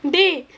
dey